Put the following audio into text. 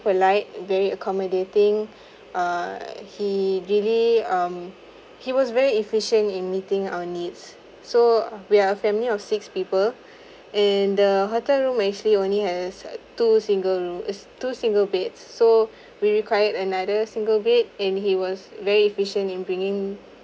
polite very accommodating err he really um he was very efficient in meeting our needs so we are a family of six people and the hotel room actually only has a two single room it's two single beds so we required another single bed and he was very efficient in bringing